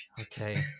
Okay